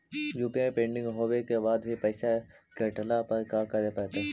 UPI pending होवे के बाद भी पैसा कटला पर का करे पड़तई?